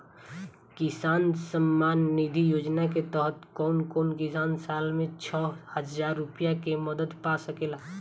किसान सम्मान निधि योजना के तहत कउन कउन किसान साल में छह हजार रूपया के मदद पा सकेला?